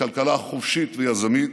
לכלכלה חופשית ויזמית,